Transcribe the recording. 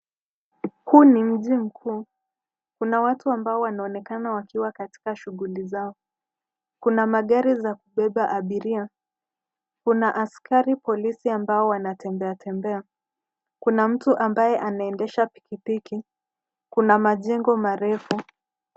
Huu ni mji mkuu. Kuna watu ambao wanonekana wakiwa katika shughuli zao. Kuna magari za kubeba abiria. Kuna askari polisi ambao wanatembea tembea. Kuna mtu ambaye anaendesha pikipiki, kuna majengo marefu.